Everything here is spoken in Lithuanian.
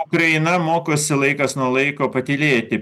ukraina mokosi laikas nuo laiko patylėti